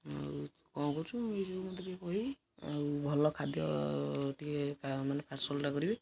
ଆଉ କ'ଣ କରୁଛୁ ମୁଁ ଏଇ ଯେଉଁ ମୋତେ ଟିକିଏ କହିବୁ ଆଉ ଭଲ ଖାଦ୍ୟ ଟିକିଏ ମାନେ ପାର୍ସଲ୍ଟା କରିବି